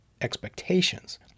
expectations